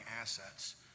assets